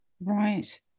Right